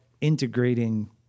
integrating